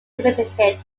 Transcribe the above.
exhibited